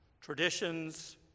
traditions